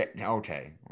Okay